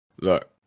look